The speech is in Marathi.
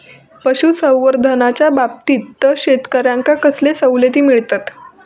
पशुसंवर्धनाच्याबाबतीत शेतकऱ्यांका कसले सवलती मिळतत?